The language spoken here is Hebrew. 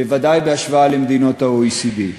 בוודאי בהשוואה למדינות ה-OECD.